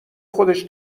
خودش